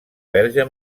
verge